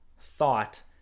thought